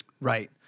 Right